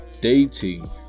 dating